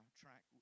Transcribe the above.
track